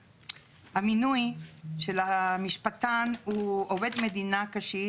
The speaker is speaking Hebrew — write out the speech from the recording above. המינוי של המשפטן הוא עובד מדינה כשיר